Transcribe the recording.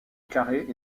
carrés